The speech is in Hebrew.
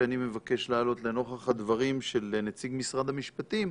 שאני מבקש להעלות לנוכח הדברים של נציג משרד המשפטים,